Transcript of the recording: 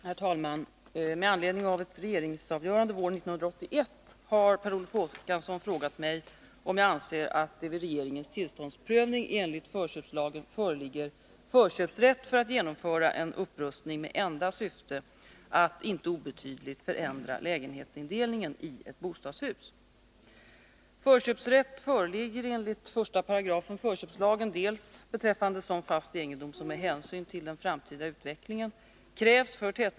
Herr talman! Med anledning av ett regeringsavgörande våren 1981 har Per Olof Håkansson frågat mig om jag anser att det vid regeringens tillståndsprövning enligt förköpslagen föreligger förköpsrätt för att genomföra en upprustning med enda syfte att inte obetydligt förändra lägenhetsindelningen i ett bostadshus.